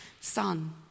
son